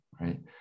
right